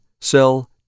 cell